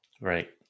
right